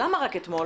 למה רק אתמול